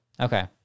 Okay